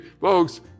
folks